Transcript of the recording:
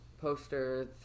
posters